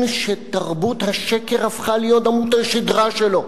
שתרבות השקר הפכה להיות עמוד השדרה שלו.